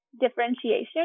differentiation